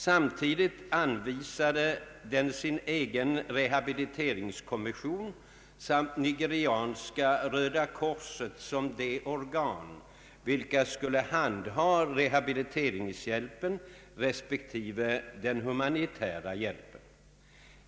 Samtidigt anvisade den sin egen rehabiliteringskommission samt Nigerianska röda korset som de organ, vilka skulle handha rehabiliteringshjälpen respektive den humanitära hjälpen.